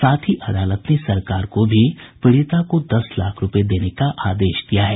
साथ ही अदालत ने सरकार को भी पीड़िता को दस लाख रूपये देने का आदेश दिया है